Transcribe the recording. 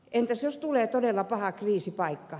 entäs jos tulee todella paha kriisipaikka